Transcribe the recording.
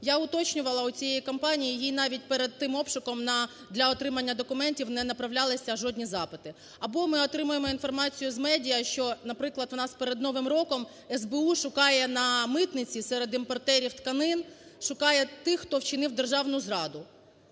Я уточнювала у цієї компанії, їй навіть перед тим обшуком для отримання документів не направлялися жодні запити. Або ми отримаємо інформацію з медіа, що, наприклад, у нас перед новим роком СБУ шукає на митниці серед імпортерів тканин шукає тих, хто вчинив державну зраду.